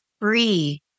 free